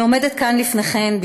אני עומדת כאן לפניכם,